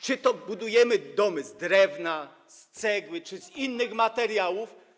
Czy budujemy domy z drewna, z cegły czy z innych materiałów.